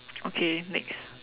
okay next